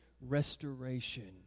restoration